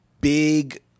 big